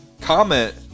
comment